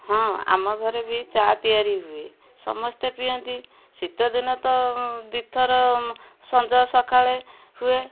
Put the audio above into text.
ହଁ ଆମ ଘରେ ବି ଚା ତିଆରି ହୁଏ ସମସ୍ତେ ପିଅନ୍ତି ଶୀତଦିନ ତ ଦୁଇଥର ସଞ୍ଜ ସକାଳେ ହୁଏ